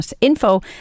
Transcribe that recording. info